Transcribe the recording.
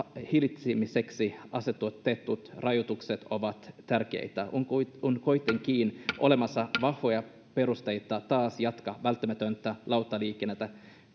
hillitsemiseksi asetetut asetetut rajoitukset ovat tärkeitä on kuitenkin olemassa vahvoja perusteita jatkaa taas välttämätöntä lauttaliikennettä